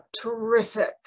Terrific